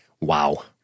Wow